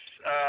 Yes